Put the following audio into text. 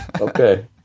Okay